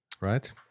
Right